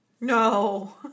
No